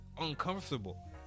uncomfortable